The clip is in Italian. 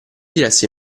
diresse